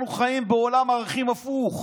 אנחנו חיים בעולם ערכים הפוך,